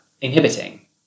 inhibiting